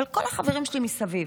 אבל כל החברים שלי מסביב,